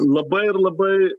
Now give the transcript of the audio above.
labai ir labai